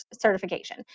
certification